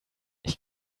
ich